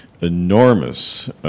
enormous